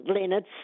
Leonard's